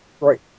Right